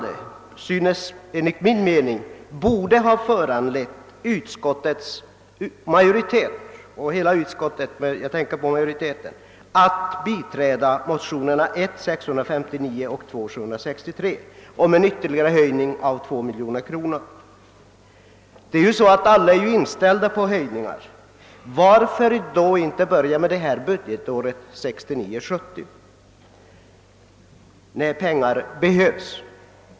Detta borde enligt min mening ha föranlett alla eller åtminstone majoriteten av utskottets l1edamöter att biträda motionerna I: 659 och II:763 om en ytterligare höjning av idrottsanslaget med 2 miljoner kronor. Alla är ju inställda på höjningar av anslaget. Varför då inte börja med budgetåret 1969/70 när pengar behövs?